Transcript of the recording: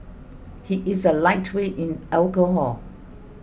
he is a lightweight in alcohol